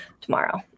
tomorrow